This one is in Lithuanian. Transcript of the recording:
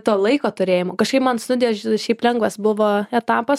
to laiko turėjimo kažkaip man studijos šiaip lengvas buvo etapas